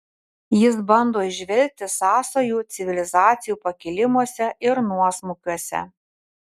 jis bando įžvelgti sąsajų civilizacijų pakilimuose ir nuosmukiuose